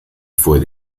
for